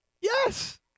Yes